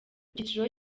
cyiciro